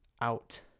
out